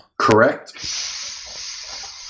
Correct